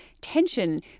tension